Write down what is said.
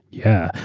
yeah.